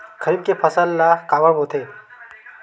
खरीफ के फसल ला काबर बोथे?